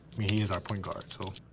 mean, he is our point guard, so.